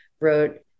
wrote